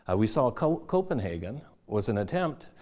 ah we saw copenhagen was an attempt,